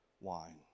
wine